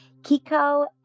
Kiko